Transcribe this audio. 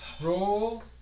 Roll